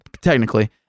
technically